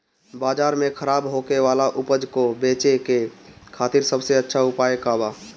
बाजार में खराब होखे वाला उपज को बेचे के खातिर सबसे अच्छा उपाय का बा?